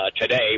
today